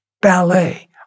ballet